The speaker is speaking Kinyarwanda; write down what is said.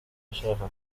ashaka